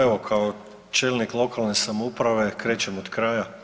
Evo kao čelnik lokalne samouprave krećem od kraja.